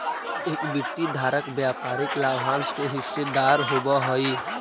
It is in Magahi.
इक्विटी धारक व्यापारिक लाभांश के हिस्सेदार होवऽ हइ